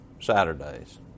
Saturdays